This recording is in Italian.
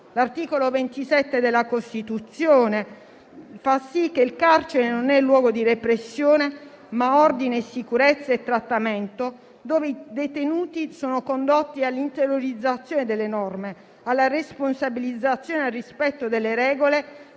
L'articolo 27 della Costituzione fa sì che il carcere non sia un luogo di repressione, ma di ordine, sicurezza e trattamento, dove i detenuti sono condotti all'interiorizzazione delle norme, alla responsabilizzazione e al rispetto delle regole